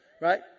Right